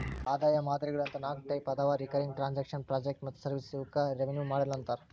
ಆದಾಯ ಮಾದರಿಗಳು ಅಂತ ನಾಕ್ ಟೈಪ್ ಅದಾವ ರಿಕರಿಂಗ್ ಟ್ರಾಂಜೆಕ್ಷನ್ ಪ್ರಾಜೆಕ್ಟ್ ಮತ್ತ ಸರ್ವಿಸ್ ಇವಕ್ಕ ರೆವೆನ್ಯೂ ಮಾಡೆಲ್ ಅಂತಾರ